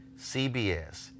CBS